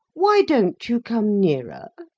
why don't you come nearer?